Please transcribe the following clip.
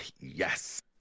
yes